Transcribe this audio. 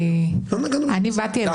תעני.